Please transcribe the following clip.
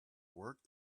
work